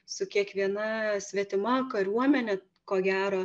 su kiekviena svetima kariuomene ko gero